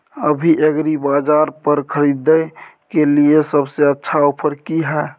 अभी एग्रीबाजार पर खरीदय के लिये सबसे अच्छा ऑफर की हय?